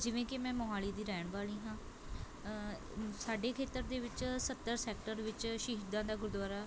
ਜਿਵੇਂ ਕਿ ਮੈਂ ਮੋਹਾਲੀ ਦੀ ਰਹਿਣ ਵਾਲੀ ਹਾਂ ਸਾਡੇ ਖੇਤਰ ਦੇ ਵਿੱਚ ਸੱਤਰ ਸੈਕਟਰ ਵਿੱਚ ਸ਼ਹੀਦਾਂ ਦਾ ਗੁਰਦੁਆਰਾ